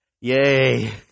Yay